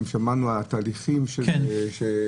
גם שמענו על התהליכים שנעשו